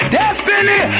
destiny